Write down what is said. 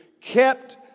kept